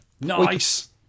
Nice